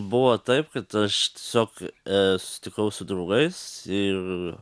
buvo taip kad aš tiesiog e susitikau su draugais ir